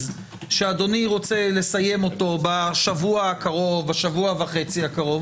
שאדוני רוצה לסיים אותו בשבוע וחצי הקרובים,